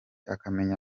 akamenya